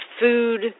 food